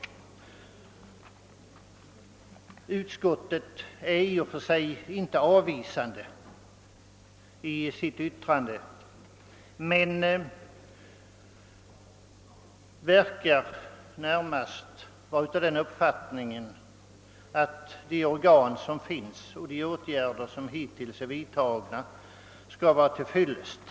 Utskottet ställer sig i och för sig inte avvisande till motionskraven men synes närmast vara av den uppfattningen att de organ som finns och de åtgärder som hittills vidtagits är till fyllest.